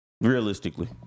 Realistically